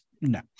No